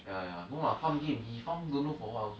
ya ya no lah farm game he farm don't know for what also